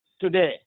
today